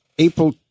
April